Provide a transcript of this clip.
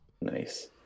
Nice